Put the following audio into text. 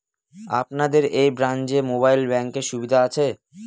আপনাদের এই ব্রাঞ্চে মোবাইল ব্যাংকের সুবিধে আছে?